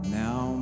now